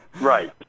Right